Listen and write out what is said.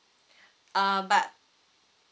uh but